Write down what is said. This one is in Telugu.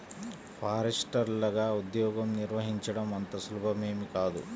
ఫారెస్టర్లగా ఉద్యోగం నిర్వహించడం అంత సులభమేమీ కాదు